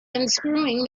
unscrewing